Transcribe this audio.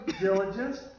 diligence